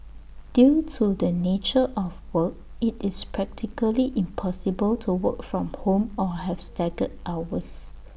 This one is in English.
due to the nature of work IT is practically impossible to work from home or have staggered hours